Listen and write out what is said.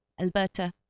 Alberta